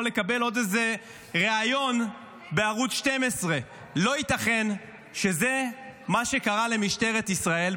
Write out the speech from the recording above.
או לקבל עוד איזה ריאיון בערוץ 12. לא ייתכן שזה מה שקרה למשטרת ישראל,